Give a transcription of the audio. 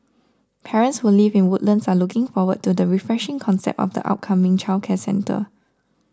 parents who live in Woodlands are looking forward to the refreshing concept of the upcoming childcare centre